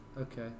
Okay